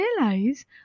Realize